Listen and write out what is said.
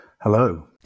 Hello